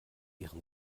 ihrem